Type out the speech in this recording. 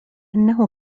أنه